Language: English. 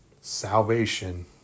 salvation